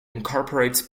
incorporates